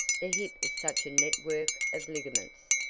the hip is such a network of ligaments.